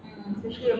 mm